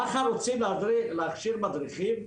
ואני שואל: ככה רוצים להכשיר מדריכים?